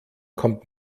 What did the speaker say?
kommt